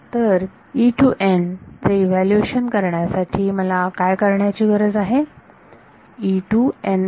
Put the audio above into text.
तर चे इव्हॅल्युएशन करण्यासाठी मला काय करण्याची गरज आहे